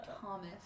Thomas